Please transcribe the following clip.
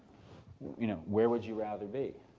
you know where would you rather be